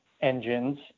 engines